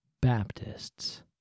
Baptists